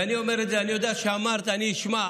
ואני אומר את זה, אני יודע שאמרת, אני אשמע.